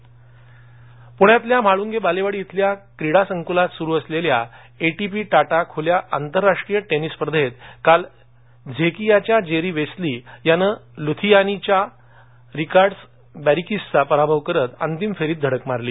tennis प्ण्यातल्या म्हाळुंगे बालेवाडी इथल्या क्रीडा संकुलात सुरू असलेल्या एटीपी टाटा खुल्या आंतरराष्ट्रीय टेनिस स्पर्धेत काल झेकियाच्या जिरी वेस्ली यानं लिथ्यानियाचा रिकार्डस बेरॅकिसचा पराभव करत अंतिम फेरीत धडक मारली